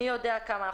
מי יודע כמה.